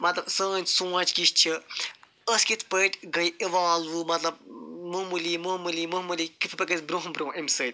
مطلب سٲنۍ سونچ کِژھۍ چھِ أسۍ کِتھ پٲٹھۍ گٔے اِوالو مطلب معمولی معمولی معمولی کتھ پٲٹھۍ گٔے أسۍ برٛونٛہہ برٛونٛہہ اَمہِ سۭتۍ